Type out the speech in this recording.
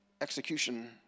execution